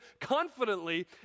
confidently